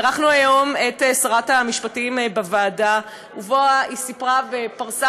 אירחנו היום את שרת המשפטים בוועדה ובה היא פרסה